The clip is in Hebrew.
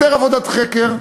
יותר עבודת חקר,